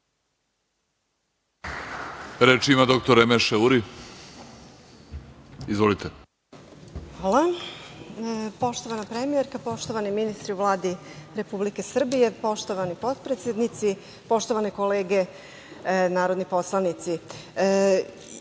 Reč ima doktor Emeše Uri. Izvolite. **Emeše Uri** Hvala. Poštovana premijerko, poštovani ministri u Vladi Republike Srbije, poštovani potpredsednici, poštovane kolege narodni poslanici,